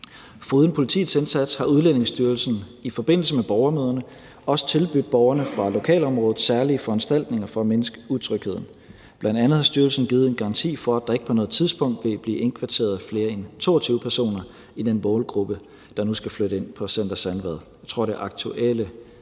Foruden politiets indsats har Udlændingestyrelsen i forbindelse med borgermøderne også tilbudt borgerne fra lokalområdet særlige foranstaltninger for at mindske utrygheden. Bl.a. har styrelsen givet en garanti for, at der ikke på noget tidspunkt vil blive indkvarteret flere end 22 personer i den målgruppe, der nu skal flytte ind på Center Sandvad.